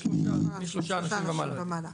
משלושה אנשים ומעלה.